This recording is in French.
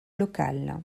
local